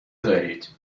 دارید